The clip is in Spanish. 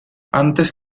antes